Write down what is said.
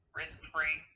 risk-free